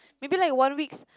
maybe like one weeks